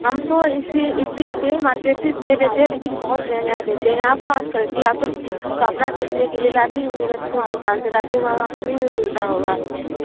हम तो इसी इसी से मार्किट से ले लेते हैं लेकिन बहुत महँगा देते हैं आप कहाँ से करती हैं आप तो कापड़ा बेचने के लिए लाती होंगी ना फिर दुकान से लाती हो वहाँ कम ही में मिलता होगा